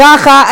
ככה,